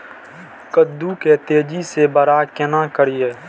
कद्दू के तेजी से बड़ा केना करिए?